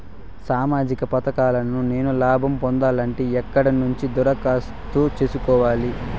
సామాజిక పథకాలను నేను లాభం పొందాలంటే ఎక్కడ నుంచి దరఖాస్తు సేసుకోవాలి?